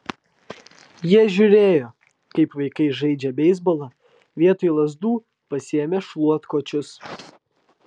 jie žiūrėjo kaip vaikai žaidžia beisbolą vietoj lazdų pasiėmę šluotkočius